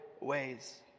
ways